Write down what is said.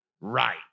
right